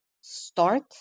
start